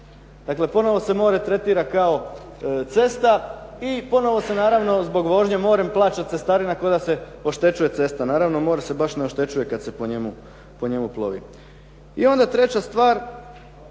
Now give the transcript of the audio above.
Dakle, ponovo se more tretira kao cesta i ponovo se naravno zbog vožnje morem plaća cestarina kao da se oštećuje cesta. Naravno more se baš ne oštećuje kada se po njemu plovi. I onda treća stvar,